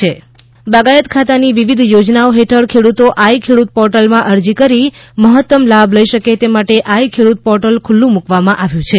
આઈ portal બાગાયત ખાતાની વિવિધ યોજનાઓ હેઠળ ખેડૂતો આઇ ખેડૂત પોર્ટલમાં અરજી કરી મહત્તમ લાભ લઇ શકે તે માટે આઇ ખેડૂત પોર્ટલ ખુલ્લું મુકવામાં આવ્યું છે